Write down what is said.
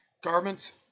garments